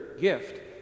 gift